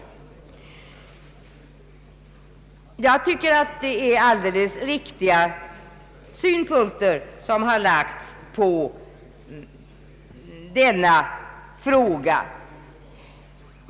Jag tycker att detta är alldeles riktiga synpunkter.